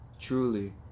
Truly